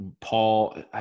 Paul